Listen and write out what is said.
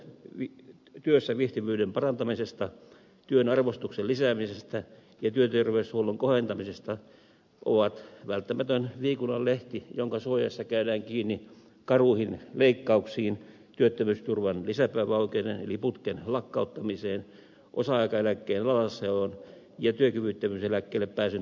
puheet työssä viihtyvyyden parantamisesta työn arvostuksen lisäämisestä ja työterveyshuollon kohentamisesta ovat välttämätön viikunanlehti jonka suojassa käydään kiinni karuihin leikkauksiin työttömyysturvan lisäpäiväoikeuden eli putken lakkauttamiseen osa aikaeläkkeen alasajoon ja työkyvyttömyyseläkkeelle pääsyn vaikeuttamiseen